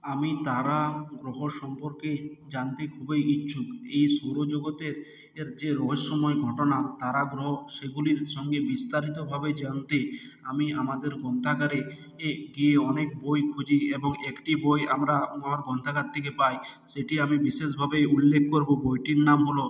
আমি তারা গ্রহর সম্পর্কে জানতে খুবই ইচ্ছুক এই সৌরজগতের এর যে রহস্যময় ঘটনা তারা গ্রহ সেগুলির সঙ্গে বিস্তারিতভাবে জানতে আমি আমাদের গ্রন্থাগারে এ গিয়ে অনেক বই খুঁজি এবং একটি বই আমরা গ্রন্থাগার থেকে পাই সেটি আমি বিশেষভাবে উল্লেখ করবো বইটির নাম হল